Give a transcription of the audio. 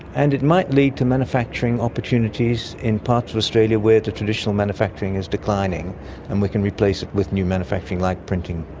and it might lead to manufacturing opportunities in parts of australia where the traditional manufacturing is declining and we can replace it with new manufacturing, like printing.